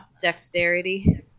dexterity